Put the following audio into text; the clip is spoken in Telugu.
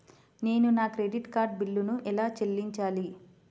నేను నా క్రెడిట్ కార్డ్ బిల్లును ఎలా చెల్లించాలీ?